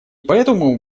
поэтому